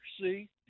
see